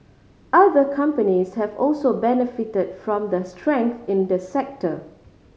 other companies have also benefited from the strength in the sector